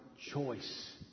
choice